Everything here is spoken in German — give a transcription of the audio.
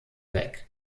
weg